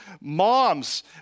moms